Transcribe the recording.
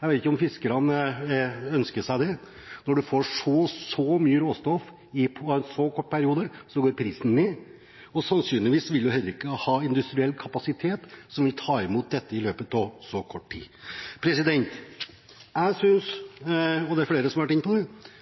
Jeg vet ikke om fiskerne ønsker seg det. Når man får så mye råstoff i løpet av en så kort periode, går prisen ned. Og sannsynligvis vil vi heller ikke ha industriell kapasitet som kan ta imot dette i løpet av så kort tid. Jeg synes – og det er flere som har vært inne på det